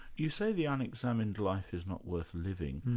you say the unexamined life is not worth living.